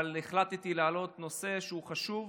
אבל החלטתי להעלות נושא שהוא חשוב,